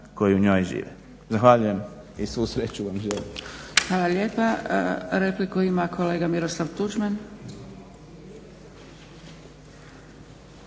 koji u njoj žive. Zahvaljujem i svu sreću vam želim.